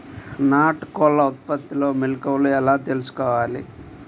నాటుకోళ్ల ఉత్పత్తిలో మెలుకువలు ఎలా తెలుసుకోవాలి?